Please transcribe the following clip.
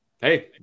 Hey